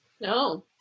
No